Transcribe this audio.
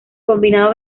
combinado